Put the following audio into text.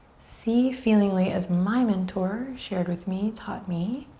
see feelingly as my mentor shared with me, taught me.